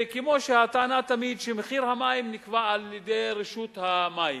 כמו הטענה תמיד שמחיר המים נקבע על-ידי רשות המים.